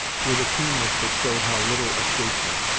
with a keenness that showed how little escaped him.